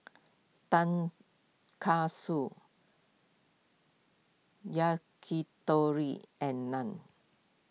Tonkatsu Yakitori and Naan